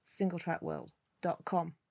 singletrackworld.com